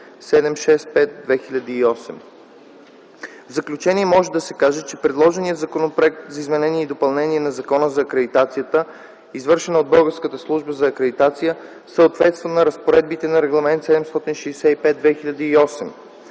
В заключение може да се каже, че предложеният Законопроект за изменение и допълнение на Закона за акредитацията, извършвана от Българската служба за акредитация, съответства на разпоредбите на Регламент 765/2008.